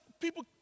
people